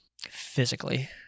physically